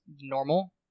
normal